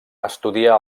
estudià